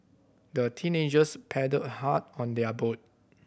the teenagers paddled a hard on their boat